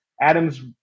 Adam's